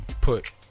put